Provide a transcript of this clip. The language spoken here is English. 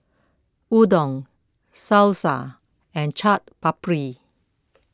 Udon Salsa and Chaat Papri